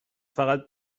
فقط